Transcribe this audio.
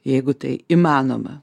jeigu tai įmanoma